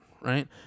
right